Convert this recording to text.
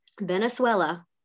Venezuela